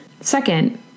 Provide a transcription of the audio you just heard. Second